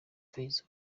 fayzo